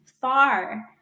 far